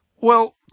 Well